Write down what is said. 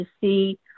see